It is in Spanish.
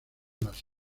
las